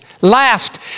Last